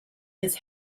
his